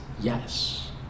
yes